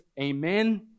Amen